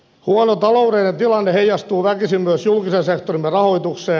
huono taloudellinen tilanne heijastuu väkisin myös julkisen sektorimme rahoitukseen